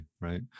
right